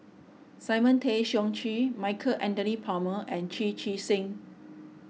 Simon Tay Seong Chee Michael Anthony Palmer and Chu Chee Seng